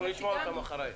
אנחנו נשמע אותם.